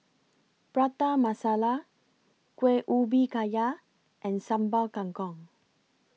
Prata Masala Kueh Ubi Kayu and Sambal Kangkong